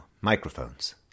Microphones